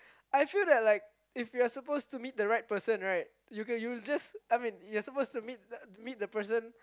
I feel that like if you're supposed to meet the right person right you will you'll just I mean you will just meet the person